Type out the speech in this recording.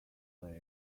lives